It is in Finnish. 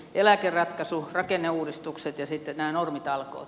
eläkeratkaisu rakenneuudistukset ja sitten nämä normitalkoot